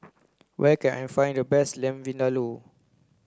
where can I find the best Lamb Vindaloo